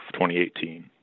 2018